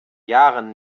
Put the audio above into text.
jahren